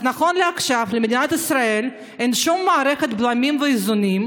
אז נכון לעכשיו למדינת ישראל אין שום מערכת בלמים ואיזונים,